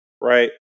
right